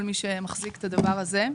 כל מי שמחזיק את הדבר הזה.